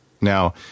Now